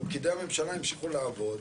ופקידי הממשלה המשיכו לעבוד.